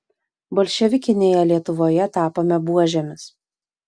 bolševikinėje lietuvoje tapome buožėmis